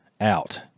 out